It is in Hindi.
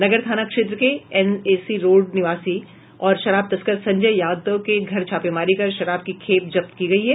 नगर थाना क्षेत्र के एनएसी रोड निवासी और शराब तस्कर संजय यादव के घर छापेमारी कर शराब की खेप जब्त की गयी है